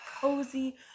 cozy